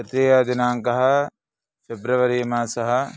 तृतीयदिनाङ्कः फ़ेब्रवरी मासः